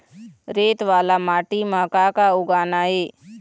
रेत वाला माटी म का का उगाना ये?